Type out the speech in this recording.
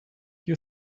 you